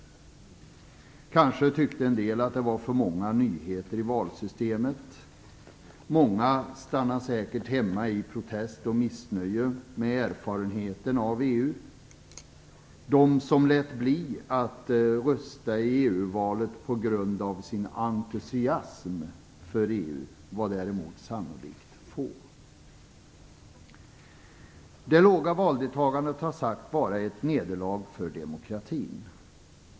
Kanske tyckte en del att det var för många nyheter i valsystemet. Många stannade säkert hemma i protest och missnöje med vad de hittills hade erfarit av EU. De som lät bli att rösta i EU-valet på grund av sin entusiasm för EU var däremot sannolikt få. Det låga valdeltagandet har sagts vara ett nederlag för demokratin.